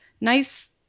nice